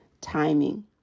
timing